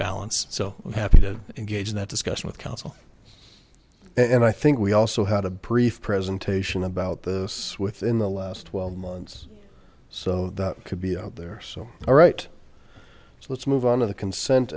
balance so i'm happy to engage in that discussion with counsel and i think we also had a brief presentation about this within the last twelve months so that could be out there so all right so let's move on to the consent